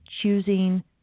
choosing